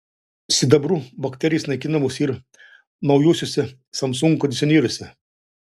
sidabru bakterijos naikinamos ir naujuosiuose samsung kondicionieriuose